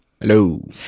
Hello